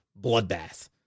bloodbath